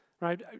right